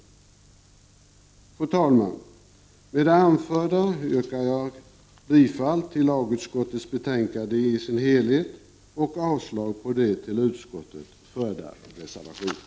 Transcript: Fru talman! Med det anförda yrkar jag bifall till hemställan i lagutskottets betänkande på samtliga punkter och avslag på de till utskottsbetänkandet fogade reservationerna.